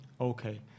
Okay